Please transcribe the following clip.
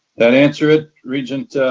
that answer it, regent